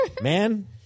Man